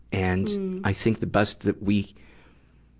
and i think the best that we,